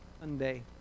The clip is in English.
Sunday